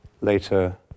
later